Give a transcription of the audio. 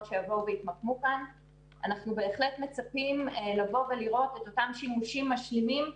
שיתמקמו כאן אנחנו בהחלט מצפים לראות את אותם שימושים משלימים במרחב,